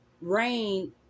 rain